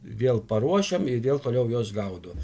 vėl paruošiam ir vėl toliau juos gaudo